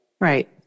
Right